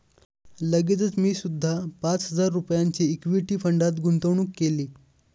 लगेचच मी सुद्धा पाच हजार रुपयांची इक्विटी फंडात गुंतवणूक केली